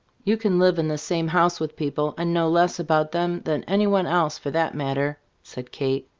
you can live in the same house with people and know less about them than any one else, for that matter, said kate,